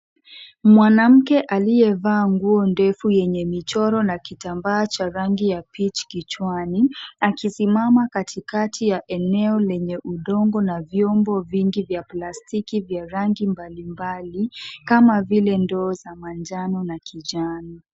MWanamke aliyevaa nguo refu yenye michoro na kitambaa cha rangi ya peach kichwani akisimama katikati ya eneo lenye udongo na vyombo vingi vya plastiki vya rangi mbalimbali kama vile ndoo za manjano na kijani.